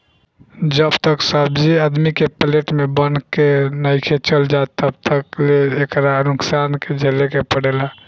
जब तक सब्जी आदमी के प्लेट में बन के नइखे चल जात तब तक ले एकरा नुकसान के झेले के पड़ेला